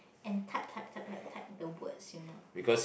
and type type type type type the words you know